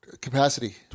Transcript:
capacity